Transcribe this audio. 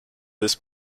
this